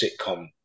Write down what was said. sitcom